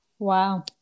wow